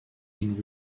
been